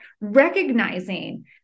recognizing